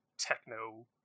techno